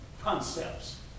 concepts